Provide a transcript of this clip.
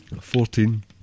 Fourteen